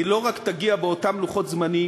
היא לא רק תגיע באותם לוחות-זמנים,